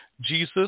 Jesus